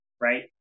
right